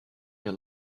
your